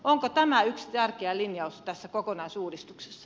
onko tämä yksi tärkeä linjaus tässä kokonaisuudistuksessa